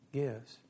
gives